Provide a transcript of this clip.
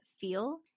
feel